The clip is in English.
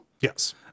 Yes